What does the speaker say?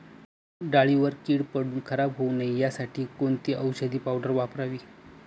डाळीवर कीड पडून खराब होऊ नये यासाठी कोणती औषधी पावडर वापरावी?